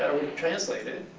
and we translate it.